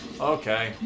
Okay